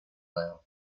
now